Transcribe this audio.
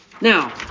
Now